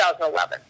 2011